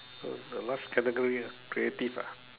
oh the last category ah creative ah